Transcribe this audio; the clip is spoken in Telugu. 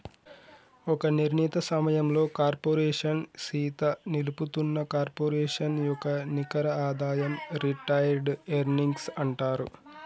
ఒక నిర్ణీత సమయంలో కార్పోరేషన్ సీత నిలుపుతున్న కార్పొరేషన్ యొక్క నికర ఆదాయం రిటైర్డ్ ఎర్నింగ్స్ అంటారు